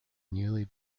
newly